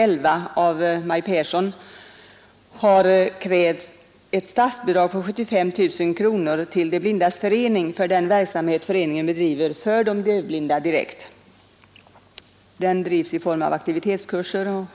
ser och rekreationsresor. Bidraget avser emellertid i huvudsak kostnader Onsdagen den för en dövblindkonsulent, som handlägger verksamheten.